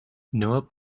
noah